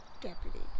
deputy